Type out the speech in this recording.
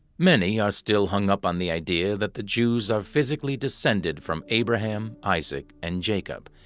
many are still hung up on the idea that the jews are physically descended from abraham, isaac, and jacob,